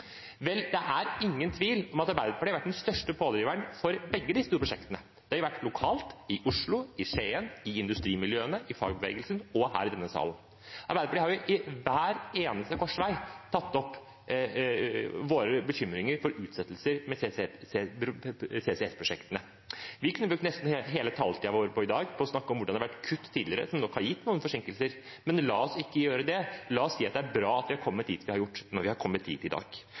Vel, det er ingen tvil om at Arbeiderpartiet har vært den største pådriveren for begge disse prosjektene. Det har de vært lokalt, i Oslo, i Skien, i industrimiljøene, i fagbevegelsen og her i denne sal. Vi i Arbeiderpartiet har ved hver eneste korsvei tatt opp våre bekymringer for utsettelser av CCS-prosjektene. Vi kunne brukt nesten hele taletida vår i dag på å snakke om hvordan det har vært kutt tidligere som nok har gitt noen forsinkelser. Men la oss ikke gjøre det. La oss si at det er bra at vi har kommet dit vi har gjort, når vi har kommet hit i dag.